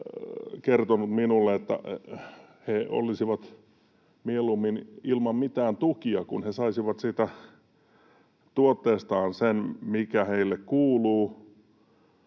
kertonut minulle, että he olisivat mieluummin ilman mitään tukia, kun he saisivat siitä tuotteestaan sen, mikä heille kuuluu.